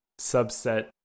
subset